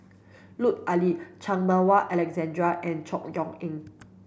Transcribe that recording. Lut Ali Chan Meng Wah Alexander and Chor Yeok Eng